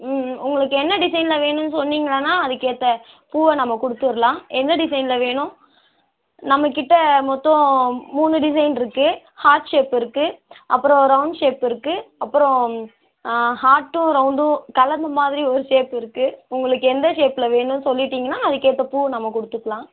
ம் ம் உங்களுக்கு என்ன டிசைனில் வேணும்னு சொன்னீங்கன்னால் அதுக்கேற்ற பூவை நம்ம கொடுத்துர்லாம் எந்த டிசைனில் வேணும் நம்ம கிட்டே மொத்தம் மூணு டிசைனிருக்கு ஹார்ட் ஷேப் இருக்குது அப்புறம் ரவுண்ட் ஷேப் இருக்குது அப்புறம் ஹார்ட்டும் ரவுண்டும் கலந்தமாதிரி ஒரு ஷேப் இருக்குது உங்களுக்கு எந்த ஷேப்பில் வேணும்னு சொல்லிட்டீங்கன்னால் அதுக்கேற்ற பூ நம்ம கொடுத்துக்குலாம்